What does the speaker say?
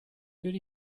good